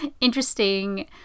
interesting